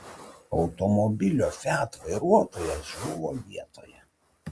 automobilio fiat vairuotojas žuvo vietoje